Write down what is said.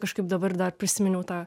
kažkaip dabar dar prisiminiau tą